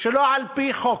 שלא על-פי חוק,